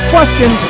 Question